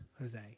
Jose